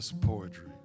poetry